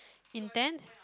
intense